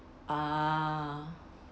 ah